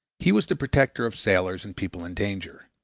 he was the protector of sailors and people in danger.